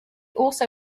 also